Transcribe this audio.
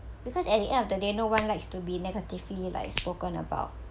because at the end of the day no one likes to be negatively like spoken about